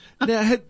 Now